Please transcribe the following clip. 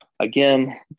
Again